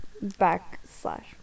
backslash